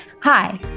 Hi